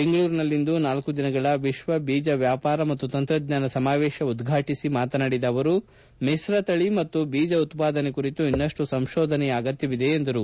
ಬೆಂಗಳೂರಿನಲ್ಲಿಂದು ನಾಲ್ಲು ದಿನಗಳ ವಿಶ್ವ ಬೀಜ ವ್ಯಾಪಾರ ಮತ್ತು ತಂತ್ರಜ್ಞಾನ ಸಮಾವೇತವನ್ನು ಉದ್ವಾಟಿಸಿದ ಅವರು ಮಿಶ್ರ ತಳಿ ಮತ್ತು ಬೀಜ ಉತ್ಪಾದನೆ ಕುರಿತು ಇನ್ನಷ್ಟು ಸಂಶೋಧನೆಯ ಅಗತ್ಲವಿದೆ ಎಂದರು